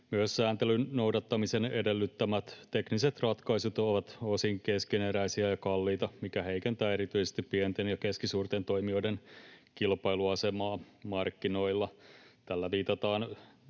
Myös sääntelyn noudattamisen edellyttämät tekniset ratkaisut ovat osin keskeneräisiä ja kalliita, mikä heikentää erityisesti pienten ja keskisuurten toimijoiden kilpailuasemaa markkinoilla. Tällä viitataan